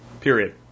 period